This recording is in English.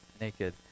naked